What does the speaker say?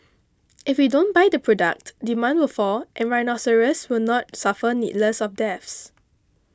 if we don't buy the product demand will fall and rhinoceroses will not suffer needless deaths